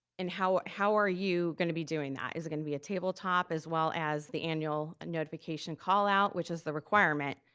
and how how are you gonna be doing that? is it gonna be a tabletop as well as the annual notification call out, which is the requirement,